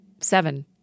Seven